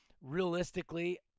realistically